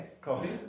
coffee